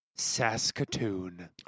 Saskatoon